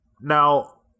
Now